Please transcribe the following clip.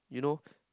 you know